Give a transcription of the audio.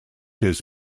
his